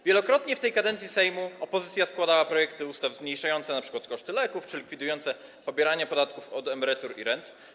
Wielokrotnie w tej kadencji Sejmu opozycja składała projekty ustaw zmniejszające np. koszty leków czy likwidujące pobieranie podatków od emerytur i rent.